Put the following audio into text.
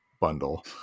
bundle